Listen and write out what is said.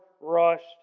rushed